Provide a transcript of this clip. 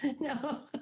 No